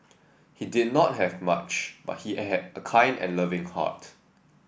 he did not have much but he had a kind and loving heart